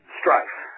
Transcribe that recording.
strife